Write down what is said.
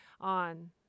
on